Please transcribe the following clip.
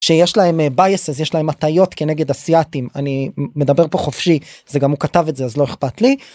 שיש להם בייס אז יש להם הטיות כנגד אסייתים אני מדבר פה חופשי זה גם הוא כתב את זה אז לא אכפת לי.